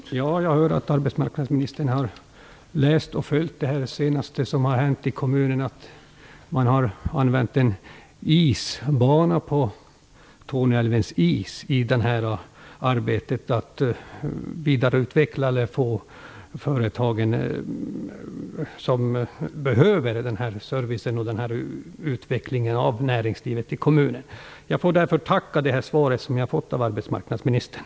Fru talman! Jag hör att arbetsmarknadsministern har följt det senaste som har hänt i kommunen. Man har använt en isbana på Torneälvens is i arbetet för företagen som behöver denna service och utveckling av näringslivet i kommunen. Jag får därför tacka för svaret som jag har fått av arbetsmarknadsministern.